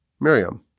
Miriam